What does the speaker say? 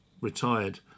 retired